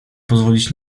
pozwolić